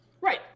right